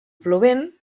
plovent